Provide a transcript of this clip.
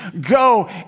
go